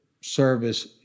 service